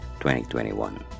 2021